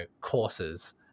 courses